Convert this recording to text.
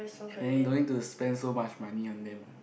and then don't need to spend so much money on them ah